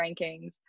rankings